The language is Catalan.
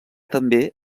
també